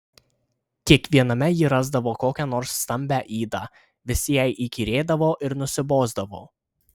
kiekviename ji rasdavo kokią nors stambią ydą visi jai įkyrėdavo ir nusibosdavo